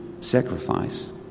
sacrifice